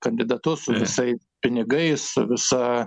kandidatu su visais pinigais visa